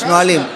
יש נהלים.